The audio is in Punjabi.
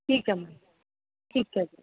ਠੀਕ ਹੈ ਮੈਮ ਠੀਕ ਹੈ ਜੀ